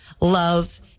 love